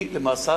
היא למעשה